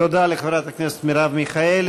תודה לחברת הכנסת מרב מיכאלי.